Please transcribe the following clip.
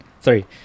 sorry